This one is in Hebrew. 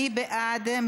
מי בעד?